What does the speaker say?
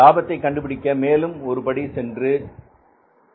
லாபத்தை கண்டுபிடிக்க மேலும் ஒரு படி சென்று செல்கிறோம்